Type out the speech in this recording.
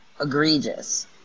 egregious